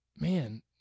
man